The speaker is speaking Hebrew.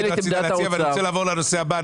אבל אני רוצה לעבור לנושא הבא,